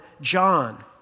John